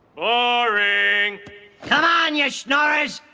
boring! come on, you snorers!